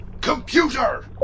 Computer